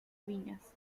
viñas